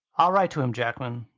i'll write to him, jackman.